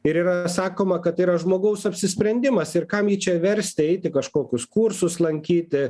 ir yra sakoma kad yra žmogaus apsisprendimas ir kam jį čia versti eiti kažkokius kursus lankyti